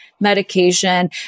medication